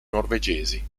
norvegesi